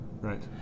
Right